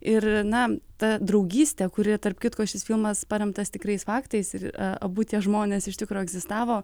ir na ta draugystė kuri tarp kitko šis filmas paremtas tikrais faktais ir abu tie žmonės iš tikro egzistavo